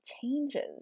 changes